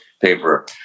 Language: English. paper